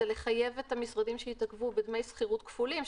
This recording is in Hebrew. לחייב את המשרדים שהתעכבו בדמי שכירות כפולים,